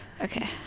Okay